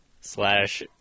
slash –